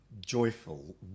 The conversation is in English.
joyful